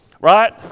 Right